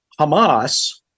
Hamas